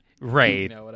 Right